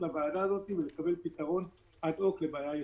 לוועדה הזאת ולקבל פתרון אד-הוק לבעיה ייחודית.